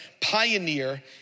pioneer